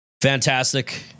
fantastic